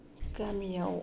गामियाव